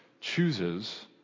chooses